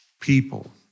people